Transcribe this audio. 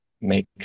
make